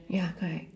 ya correct